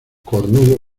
cornudo